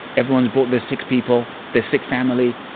everyone's brought their sick people, their sick family.